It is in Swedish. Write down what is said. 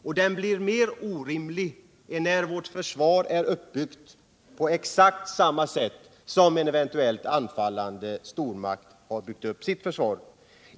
Och den blir mer orimlig när vårt försvar är uppbyggt på exakt samma sätt som en eventuellt anfallande stormakt har byggt upp sitt försvar.